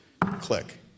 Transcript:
Click